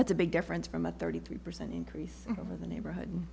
as a big difference from a thirty three percent increase over the neighborhood